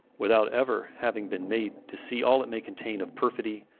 without ever having been made to see all it may contain of perfidy,